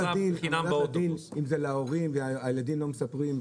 אם זה להורים והילדים לא מספרים,